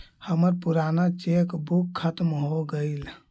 हमर पूराना cheque book खत्म हो गईल